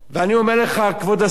אני אומר לך, כבוד השר,